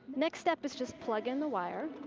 next step is just plug in the wire.